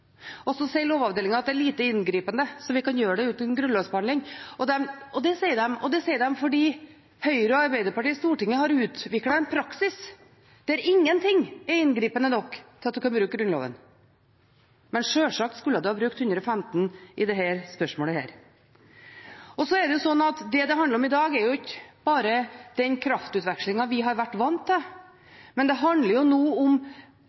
gjøre. Så sier Lovavdelingen at det er lite inngripende, så vi kan gjøre det uten en grunnlovsbehandling. Det sier de fordi Høyre og Arbeiderpartiet i Stortinget har utviklet en praksis der ingenting er inngripende nok til at man kan bruke Grunnloven. Men sjølsagt skulle man brukt § 115 i dette spørsmålet. I dag handler det ikke bare om den kraftutvekslingen vi har vært vant til, men det handler om